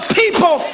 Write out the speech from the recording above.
people